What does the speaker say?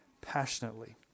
passionately